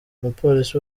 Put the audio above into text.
umupolisi